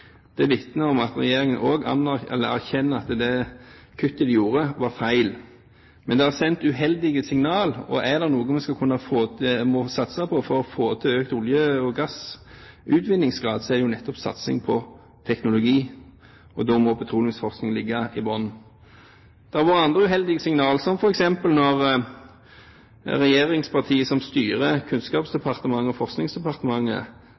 Det vitner om at regjeringen erkjenner at det kuttet de gjorde, var feil. Men det har sendt uheldige signaler. Hvis det er noe vi må satse på for å få økt olje- og gassutvinningsgrad, er det nettopp teknologi, og da må petroleumsforskning ligge i bunnen. Det har vært andre uheldige signaler – som f.eks. når regjeringspartiet som styrer